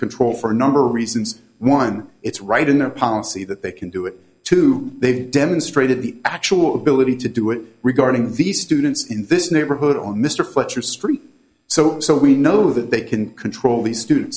control for a number reasons one it's right in a policy that they can do it too they've demonstrated the actual ability to do it regarding these students in this neighborhood on mr fletcher street so so we know that they can control the students